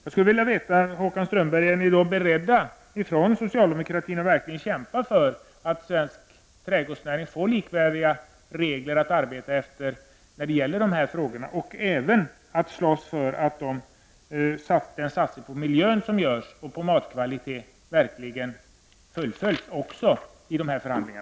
Jag skulle, Håkan Strömberg, vilja veta om socialdemokraterna är beredda att verkligen kämpa för att svensk trädgårdsnäring skall få likvärdiga regler att arbeta efter när det gäller de här frågorna och om socialdemokraterna är beredda att slåss för att den satsning på miljön och matkvaliteten som görs verkligen fullföljs även i dessa förhandlingar.